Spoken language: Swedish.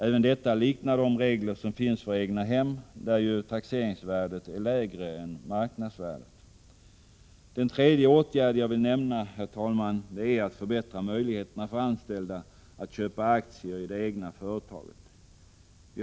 Även detta liknar de regler som finns för egnahem, där ju taxeringsvärdet är lägre än marknadsvärdet. Den tredje åtgärden som jag vill nämna, herr talman, är att förbättra möjligheterna för anställda att köpa aktier i det egna företaget.